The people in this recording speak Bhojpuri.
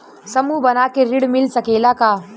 समूह बना के ऋण मिल सकेला का?